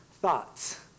thoughts